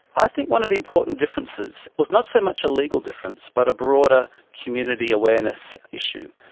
i think one of the important differences was not so much a legal difference but a broader community awareness issue.